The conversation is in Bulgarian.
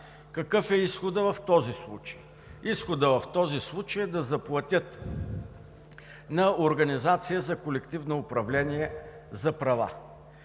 Какъв е изходът в този случай? Изходът в този случай е да заплатят на организация за колективно управление на права.